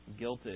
guilted